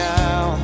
now